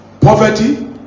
poverty